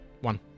One